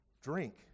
drink